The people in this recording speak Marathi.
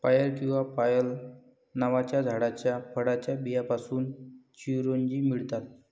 पायर किंवा पायल नावाच्या झाडाच्या फळाच्या बियांपासून चिरोंजी मिळतात